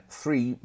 three